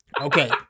Okay